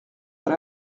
dans